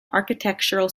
architectural